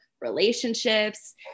relationships